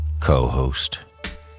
co-host